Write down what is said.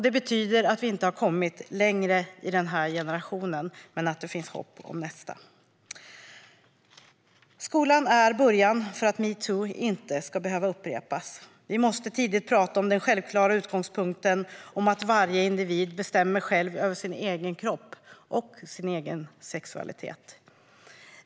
Det betyder att vi inte har kommit längre i den här generationen, men att det finns hopp om nästa. Skolan är början för att metoo inte ska behöva upprepas. Vi måste tidigt prata om den självklara utgångspunkten att varje individ bestämmer själv över sin egen kropp och sin egen sexualitet.